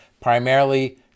primarily